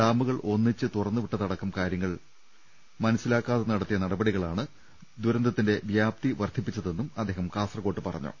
ഡാമുകൾ ഒന്നിച്ച് തുറന്നുവിട്ടതടക്കം കാര്യങ്ങൾ മനസ്സിലാക്കാതെ നടത്തിയ നട പടികളാണ് ദുരന്തത്തിന്റെ വ്യാപ്തി വർദ്ധിപ്പിച്ചതെന്നും അദ്ദേഹം കാസർകോട്ട് പറഞ്ഞു